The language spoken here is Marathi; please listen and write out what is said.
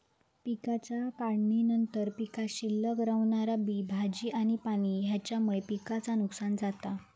पिकाच्या काढणीनंतर पीकात शिल्लक रवणारा बी, भाजी आणि पाणी हेच्यामुळे पिकाचा नुकसान जाता